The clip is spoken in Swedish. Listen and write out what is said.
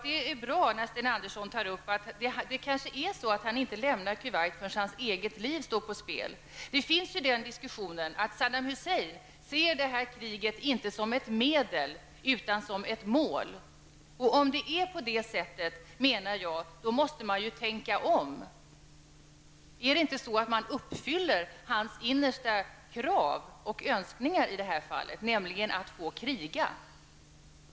Det är bra att Sten Andersson tar upp diskussionen om att Saddam Hussein kanske inte lämnar Kuwait förrän hans eget liv står på spel. I diskussionen ingår det att Saddam Hussein inte ser kriget som ett medel utan som ett mål. Om det är så måste man tänka om. Uppfyller man inte Saddam Husseins innersta krav och önskningar i det fallet, nämligen att få kriga?